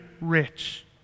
rich